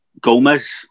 Gomez